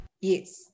Yes